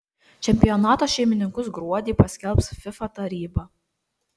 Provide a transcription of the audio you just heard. čempionato šeimininkus gruodį paskelbs fifa taryba